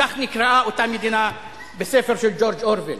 כך נקראה אותה מדינה בספר של ג'ורג' אורוול.